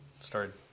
started